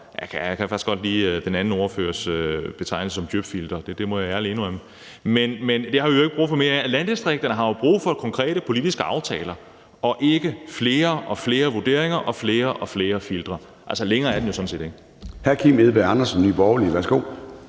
jeg kan faktisk godt lide den anden ordførers betegnelse, det må jeg ærligt indrømme. Det har vi jo ikke brug for mere af. Landdistrikterne har jo brug for konkrete politiske aftaler og ikke flere og flere vurderinger og flere og flere filtre. Længere er den jo sådan set ikke. Kl. 16:09 Formanden (Søren Gade): Hr.